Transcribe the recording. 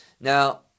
Now